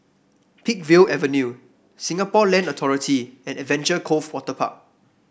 Peakville Avenue Singapore Land Authority and Adventure Cove Waterpark